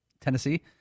Tennessee